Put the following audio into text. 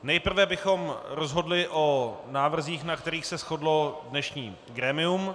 Nejprve bychom rozhodli o návrzích, na kterých se shodlo dnešní grémium.